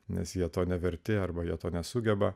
nes jie to neverti arba jie to nesugeba